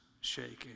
shaking